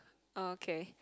okay